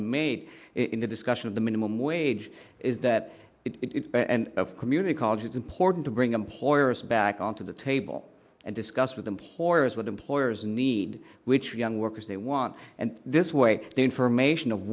to made in the discussion of the minimum wage is that it's and of community college it's important to bring employers back onto the table and discuss with employers what employers need which for young workers they want and this way the information of